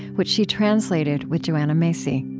which she translated with joanna macy